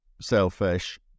selfish